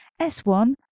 S1